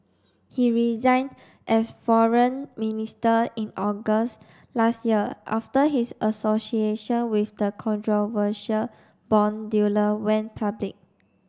he resigned as foreign minister in August last year after his association with the controversial bond dealer went public